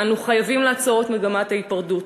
אנו חייבים לעצור את מגמת ההיפרדות.